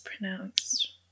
pronounced